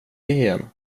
igen